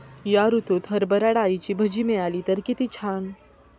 या ऋतूत हरभरा डाळीची भजी मिळाली तर कित्ती छान